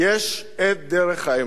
יש דרך האמצע,